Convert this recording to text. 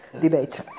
debate